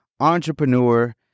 entrepreneur